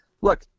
look